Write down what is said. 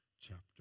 chapter